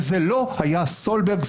זה לא היה סולברג,